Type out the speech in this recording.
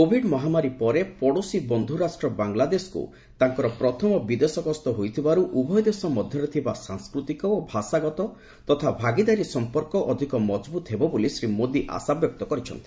Covid ମହାମାରୀ ପରେ ପଡୋଶୀ ବନ୍ଧୁ ରାଷ୍ଟ୍ର ବାଂଲାଦେଶକୁ ତାଙ୍କର ପ୍ରଥମ ବିଦେଶଗସ୍ତ ହୋଇଥିବାରୁ ଉଭୟ ଦେଶ ମଧ୍ୟରେ ଥିବା ସାଂସ୍କୃତିକ ଓ ଭାଷାଗତ ତଥା ଭାଗିଦାରୀ ସମ୍ପର୍କ ଅଧିକ ମଜବୁତ ହେବ ବୋଲି ଶ୍ରୀ ମୋଦୀ ଆଶାବ୍ୟକ୍ତ କରିଛନ୍ତି